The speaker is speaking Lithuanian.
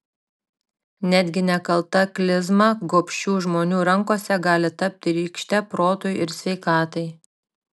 netgi nekalta klizma gobšių žmonių rankose gali tapti rykšte protui ir sveikatai